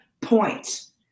points